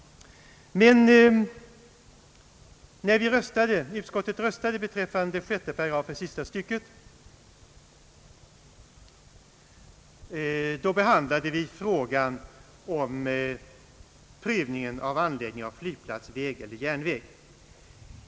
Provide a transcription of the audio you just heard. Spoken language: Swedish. När utskottet röstade beträffande 6 § sista stycket behandlade vi frågan om prövningen av anläggning av flygplats, väg eller järnväg.